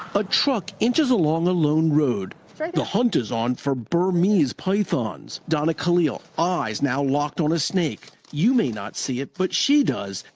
a truck inches along a lone road. the hunt is on for burmese pythons. donna kalil, eyes now locked on a snake. you may not see it but she does.